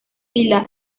fila